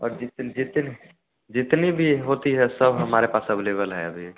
और जितन जितन जितनी भी होती है सब हमारे पास अवलेवल है अभी